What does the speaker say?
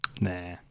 nah